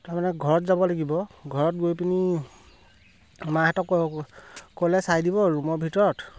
তাৰমানে ঘৰত যাব লাগিব ঘৰত গৈ পিনি মাহঁতক ক'লে চাই দিব ৰুমৰ ভিতৰত